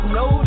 no